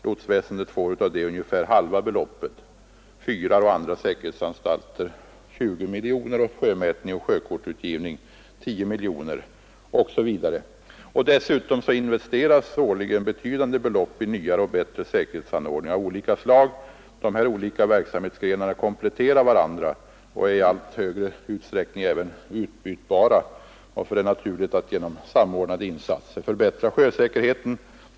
Lotsväsendet får ungefär hälften av det beloppet, fyrar och andra säkerhetsanstalter 20 miljoner, sjömätning och sjökortsutgivning 10 miljoner, osv. Dessutom investeras årligen betydande belopp i nyare och bättre säkerhetsanordningar av olika slag. Dessa olika verksamhetsgrenar kompletterar varandra och är i allt större utsträckning även utbytbara, varför det är naturligt att genom samordnade insatser förbättra sjösäkerheten.